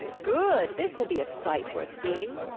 good! this will be a sight worth seeing.